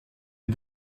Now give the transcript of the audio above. est